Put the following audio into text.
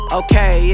okay